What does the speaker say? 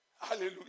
Hallelujah